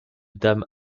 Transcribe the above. dame